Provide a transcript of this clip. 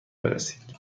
برسید